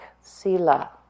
sila